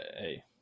Hey